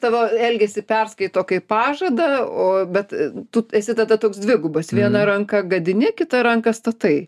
tavo elgesį perskaito kaip pažadą o bet tu esi tada toks dvigubas viena ranka gadini kita ranka statai